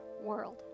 world